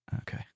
Okay